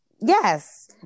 yes